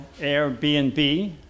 Airbnb